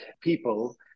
people